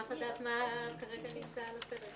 נשמח לדעת מה כרגע נמצא על הפרק.